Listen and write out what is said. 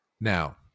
now